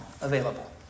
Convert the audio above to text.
available